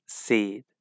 seed